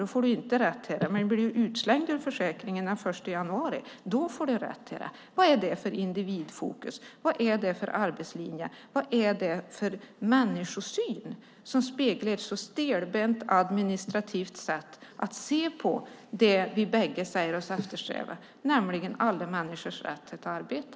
Då får man inte rätt till det, men blir man utslängd ur försäkringen den 1 januari får man rätt till det. Vad är det för individfokus? Vad är det för arbetslinje? Vad är det för människosyn som speglar ett så stelbent administrativt sätt att se på det vi båda säger oss eftersträva, nämligen alla människors rätt till ett arbete?